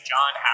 John